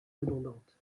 redondantes